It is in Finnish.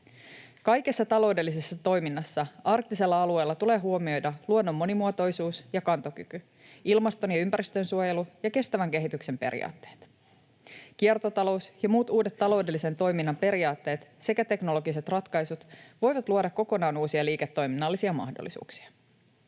Kaikessa taloudellisessa toiminnassa arktisella alueella tulee huomioida luonnon monimuotoisuus ja kantokyky, ilmaston ja ympäristön suojelu ja kestävän kehityksen periaatteet. Kiertotalous ja muut uudet taloudellisen toiminnan periaatteet sekä teknologiset ratkaisut voivat luoda kokonaan uusia liiketoiminnallisia mahdollisuuksia.